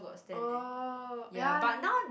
oh ya